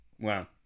Wow